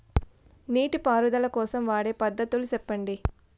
నీటి పారుదల కోసం వాడే పద్ధతులు సెప్పండి?